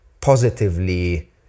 positively